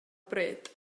bryd